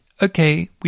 okay